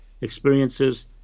experiences